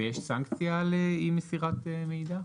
ויש סנקציה על אי מסירת מידע?